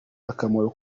akamaro